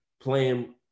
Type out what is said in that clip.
playing